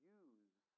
use